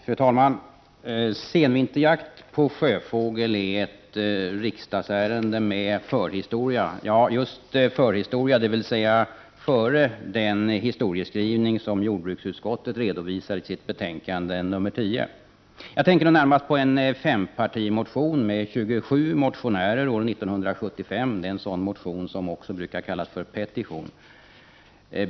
Fru talman! Senvinterjakt på sjöfågel är ett riksdagsärende med förhistoria. Ja, just förhistoria, dvs. före den historieskrivning som jordbruksutskottet redovisar i sitt betänkande nr 10. Jag tänker närmast på en fempartimotion med 27 motionärer år 1975 — det är en sådan motion som också brukar kallas för petition.